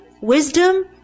wisdom